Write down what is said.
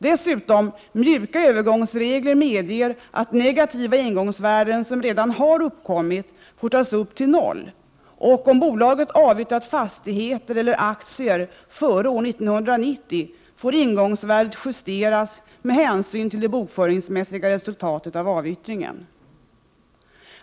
Dessutom brukar övergångsregler medge att negativa ingångsvärden som redan har uppkommit får tas upp till noll, och om bolaget avyttrat fastigheter eller aktier före år 1990 får ingångsvärdet justeras med hänsyn till det bokföringsmässiga resultatet av avyttringen.